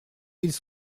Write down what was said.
ils